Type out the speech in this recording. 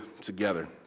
together